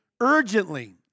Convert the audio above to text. Urgently